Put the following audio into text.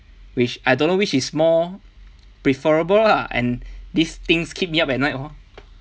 which I don't know which is more preferable lah and these things keep me up at night lor